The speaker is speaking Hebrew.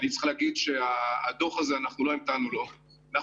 אני צריך לומר שלא המתנו לדוח הזה אלא